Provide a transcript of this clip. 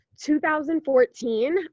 2014